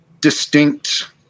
distinct